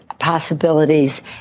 possibilities